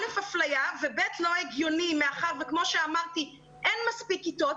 אפליה וגם לא הגיוני מאחר וכמו שאמרתי אין מספיק כיתות.